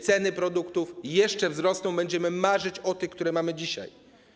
Ceny produktów jeszcze wzrosną, będziemy marzyć o tych, które mamy dzisiaj.